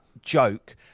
joke